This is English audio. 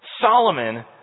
Solomon